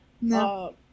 No